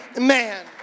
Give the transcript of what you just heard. man